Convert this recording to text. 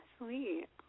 sweet